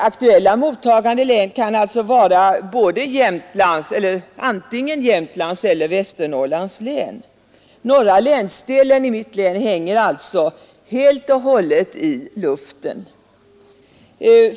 Aktuella mottagande län kan vara Jämtlands eller Västernorrlands län. Norra lä alltså helt i luften.